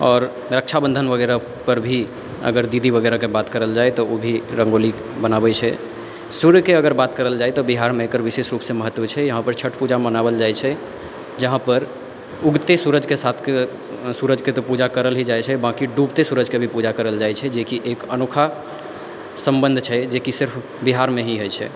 आओर रक्षाबन्धन वगैरहपर भी अगर दीदी वगैरहके बात करल जाइ तऽ ओभी रङ्गोली बनाबै छै सूर्यके अगर बात करल जाए तऽ बिहारमे एकर विशेषरूपसँ महत्व छै यहाँपर छठ पूजा मनावल जाइ छै जहाँपर उगते सूरजके साथ सूरजके तऽ पूजा करल ही जाइ छै बाकी डूबते सूरजके भी पूजा करल जाइ छै जेकी एक अनोखा सम्बन्ध छै जेकी सिर्फ बिहारमे ही होइ छै